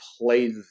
play